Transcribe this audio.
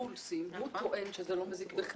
אני באמת מעריך אותם שהם עושים את זה עם הסרבול.